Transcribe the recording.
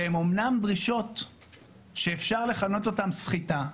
שהם אומנם דרישות שאפשר לכנות אותם "סחיטה".